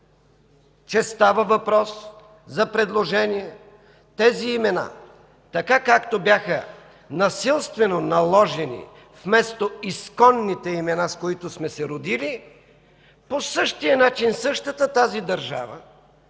че става въпрос за предложение тези имена, така както бяха насилствено наложени вместо изконните имена, с които сме се родили, по същия начин същата тази държава